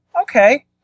okay